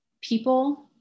people